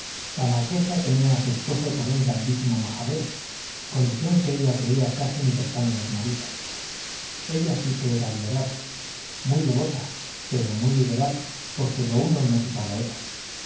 la marquesa tenía a su esposo por un grandísimo majadero condición que ella creía casi universal en los maridos ella sí que era liberal muy devota pero muy liberal porque lo uno no quita lo otro